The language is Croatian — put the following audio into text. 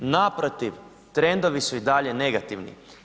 Naprotiv, trendovi su i dalje negativni.